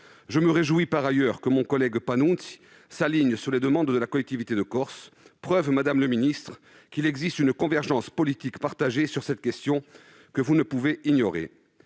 Je me réjouis que mon collègue Panunzi s'aligne sur les demandes de la collectivité de Corse. C'est la preuve, madame la ministre, qu'il existe une convergence politique sur cette question, que vous ne pouvez ignorer.